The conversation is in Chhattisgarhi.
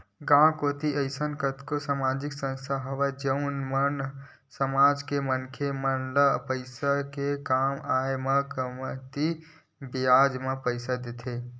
गाँव कोती अइसन कतको समाजिक संस्था हवय जउन मन समाज के मनखे मन ल पइसा के काम आय म कमती बियाज म पइसा देथे